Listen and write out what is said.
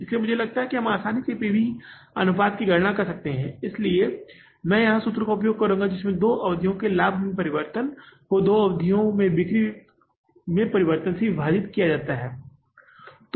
इसलिए मुझे लगता है कि हम आसानी से पी वी अनुपात की गणना कर सकते हैं इसलिए मैं यहां सूत्र का उपयोग करुंगा जिसमे दो अवधियों में लाभ में परिवर्तनको दो अवधियों में बिक्री में परिवर्तन से विभाजित करते है